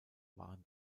waren